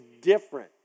different